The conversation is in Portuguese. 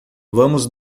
vamos